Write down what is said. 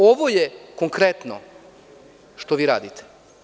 Ovo je konkretno što vi radite.